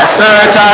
search